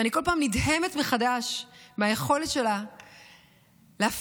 שאני כל פעם נדהמת מחדש מהיכולת שלה להפעיל